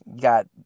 Got